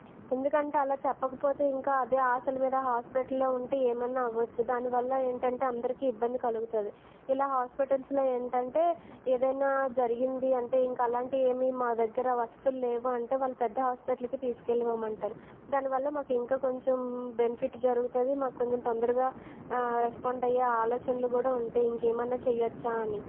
ఎందుకంటే అలా చెప్పకపోతే ఇంకా అదే ఆశలు మీద హాస్పటల్లో ఉంటే ఏమన్నా అవ్వచ్చు దానివల్ల ఏమిటంటే అందరికీ ఇబ్బంది కలుగుతుంది ఇలా హాస్పటల్స్లో ఏంటంటే ఏదైనా జరిగిందీ అంటే ఇంకా అలాంటివి ఏమీ మా దగ్గర వసతులు లేవు అంటే వాళ్లు పెద్ద హాస్పటల్కి తీసుకెళ్లిపోమంటారు దాని వల్ల మాకు ఇంకా కొంచెం బెనిఫిట్ జరుగుతుంది మాకు కొంచెం తొందరగా రెస్పాండ్ అయ్యే ఆలోచనలు కూడా ఉంటాయి ఇంకా ఏమైనా చెయ్యోచ్చా అని